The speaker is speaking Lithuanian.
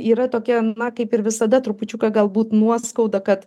yra tokia kaip ir visada trupučiuką galbūt nuoskauda kad